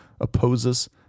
opposes